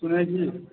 শুনেছি